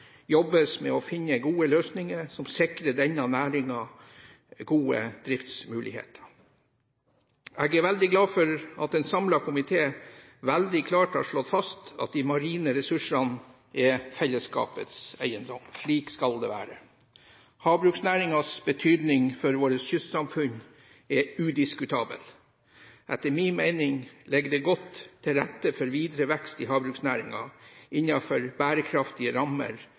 jobbes med å finne gode løsninger som sikrer denne næringen gode driftsmuligheter. Jeg er veldig glad for at en samlet komité veldig klart har slått fast at de marine ressursene er fellesskapets eiendom. Slik skal det være. Havbruksnæringens betydning for våre kystsamfunn er udiskutabel. Etter min mening ligger det godt til rette for videre vekst i havbruksnæringen innenfor bærekraftige rammer